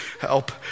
help